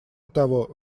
того